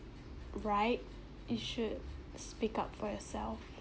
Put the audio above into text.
right you should speak up for yourself